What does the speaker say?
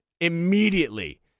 immediately